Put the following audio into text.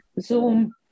Zoom